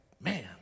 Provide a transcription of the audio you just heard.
man